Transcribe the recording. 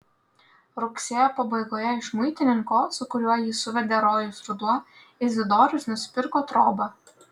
rugsėjo pabaigoje iš muitininko su kuriuo jį suvedė rojus ruduo izidorius nusipirko trobą